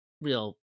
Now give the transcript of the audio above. real